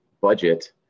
budget